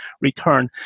return